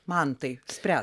mantai spręsk